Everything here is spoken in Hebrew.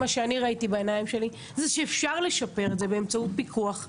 מה שראיתי בעיניים שלי זה שאפשר לשפר את זה באמצעות פיקוח טכנולוגי.